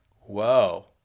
whoa